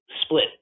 split